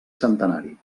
centenari